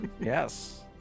Yes